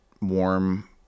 warm